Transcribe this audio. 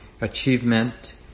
achievement